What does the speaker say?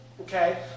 Okay